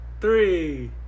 three